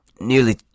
nearly